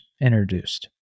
introduced